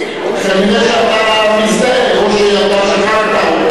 כנראה אתה מזדהה או שאתה,